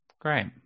great